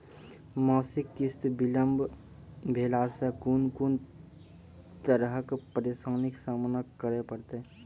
मासिक किस्त बिलम्ब भेलासॅ कून कून तरहक परेशानीक सामना करे परतै?